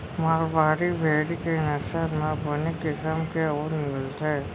मारवाड़ी भेड़ी के नसल म बने किसम के ऊन मिलथे